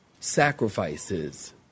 sacrifices